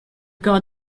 got